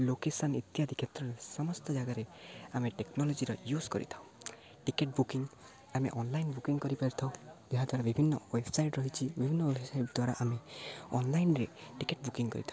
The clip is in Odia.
ଲୋକେସନ୍ ଇତ୍ୟାଦି କ୍ଷେତ୍ରରେ ସମସ୍ତ ଜାଗାରେ ଆମେ ଟେକ୍ନୋଲୋଜିର ୟୁଜ୍ କରିଥାଉ ଟିକେଟ୍ ବୁକିଂ ଆମେ ଅନଲାଇନ୍ ବୁକିଂ କରିପାରିଥାଉ ଯାହାଦ୍ୱାରା ବିଭିନ୍ନ ୱେବସାଇଟ୍ ରହିଛି ବିଭିନ୍ନ ୱେବସାଇଟ୍ ଦ୍ୱାରା ଆମେ ଅନ୍ଲାଇନ୍ରେ ଟିକେଟ୍ ବୁକିଂ କରିଥାଉ